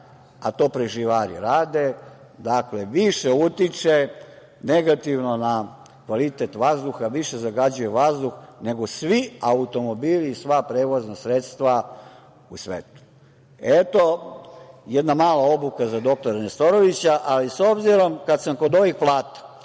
a to preživari rade, više utiče negativno na kvalitet vazduha, više zagađuje vazduh nego svi automobili i sva prevozna sredstva u svetu. Eto jedna mala obuka za doktora Nestorovića. Kada sam kod ovih plata,